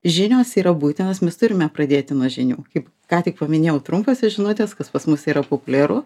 žinios yra būtinos mes turime pradėti nuo žinių kaip ką tik paminėjau trumposios žinutės kas pas mus yra populiaru